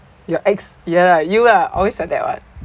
your ex ya lah you lah always like that [what]